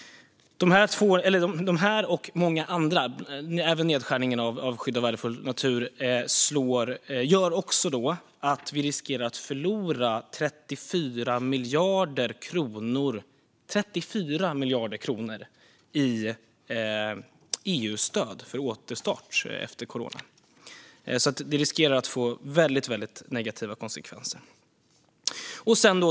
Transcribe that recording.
Dessa båda och många andra nedskärningar - även den av skydd av värdefull natur - gör att vi riskerar att förlora 34 miljarder kronor i EU-stöd för återstart efter corona. Det riskerar alltså att få väldigt negativa konsekvenser.